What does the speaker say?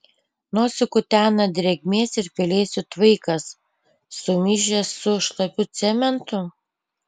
nosį kutena drėgmės ir pelėsių tvaikas sumišęs su šlapiu cementu